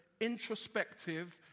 introspective